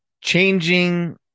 changing